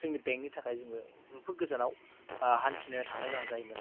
जोंनि बेंक नि थाखाय जोङो बुहुत गोजानाव हान्थिनो थांनो गोनां जायोमोन